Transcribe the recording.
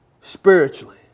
spiritually